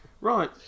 Right